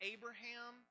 Abraham